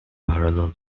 parallel